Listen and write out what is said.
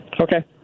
Okay